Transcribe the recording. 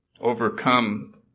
overcome